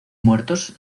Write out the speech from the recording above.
muertos